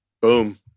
boom